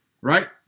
right